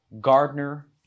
Gardner